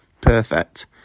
Perfect